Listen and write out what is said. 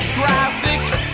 graphics